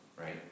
Right